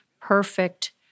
perfect